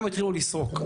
משם התחילו לסרוק.